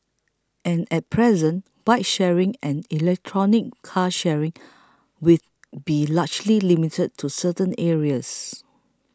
and at present bike sharing and electric car sharing with be largely limited to certain areas